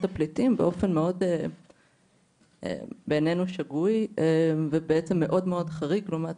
הפליטים באופן מאוד בעינינו שגוי ומאוד מאוד חריג לעומת